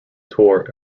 tore